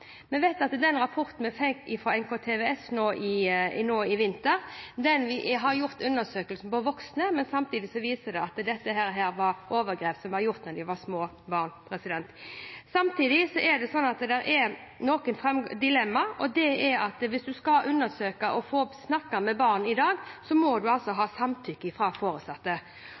Vi vet at den rapporten vi fikk fra NKTVS i vinter, har gjort undersøkelser om voksne. Den viser det at dette var overgrep som ble gjort da de var små barn. Samtidig er det noen dilemmaer. Hvis man skal undersøke og snakke med barn i dag, må man ha samtykke fra foresatte.